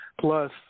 Plus